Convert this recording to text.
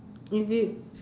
if you